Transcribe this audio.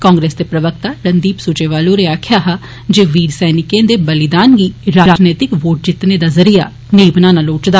कांग्रेस दे प्रवक्ता रणदीप सुरजेवाला होरें आक्खेआ हा जे ओ वीर सैनिकें दे बलिदान गी राजनीतिक वोट जीतने दा साधन नेई बनाना लोड़चदा